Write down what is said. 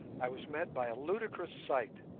i was met by a ludicrous sight.